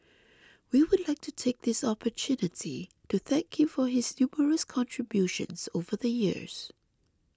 we would like to take this opportunity to thank him for his numerous contributions over the years